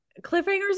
cliffhangers